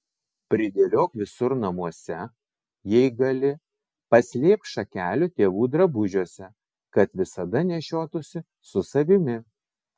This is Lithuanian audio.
pridėliok visur namuose jei gali paslėpk šakelių tėvų drabužiuose kad visada nešiotųsi su savimi